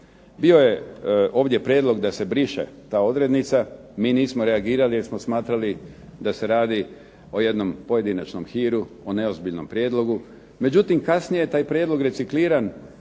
Bio je ovdje prijedlog da se briše ta odrednica. Mi nismo reagirali jer smo smatrali da se radi o jednom pojedinačnom hiru, o neozbiljnom prijedlogu. Međutim, kasnije je taj prijedlog recikliran